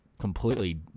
completely